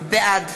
בעד